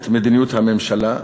את מדיניות הממשלה,